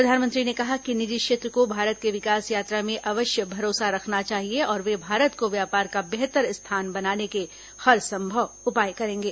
प्रधानमंत्री ने कहा कि निजी क्षेत्र को भारत के विकास यात्रा में अवश्य भरोसा रखना चाहिए और वे भारत को व्यापार का बेहतर स्थान बनाने के हरसंभव उपाय करेंगे